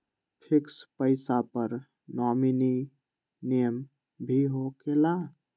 Fix पईसा पर nominee name भी होकेला?